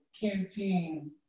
canteen